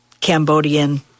Cambodian